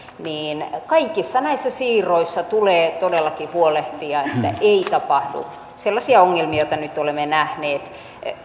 niin kaikissa näissä siirroissa tulee todellakin huolehtia että ei tapahdu sellaisia ongelmia joita nyt olemme nähneet